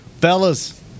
Fellas